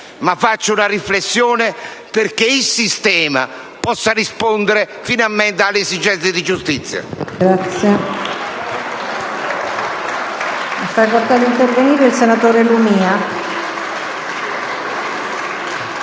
di fare una riflessione perché il sistema possa rispondere finalmente alle esigenze di giustizia.